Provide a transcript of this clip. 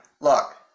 look